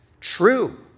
true